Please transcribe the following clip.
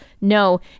no